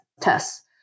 tests